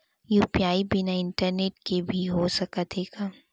UPI बिना internet के भी हो सकत हे का?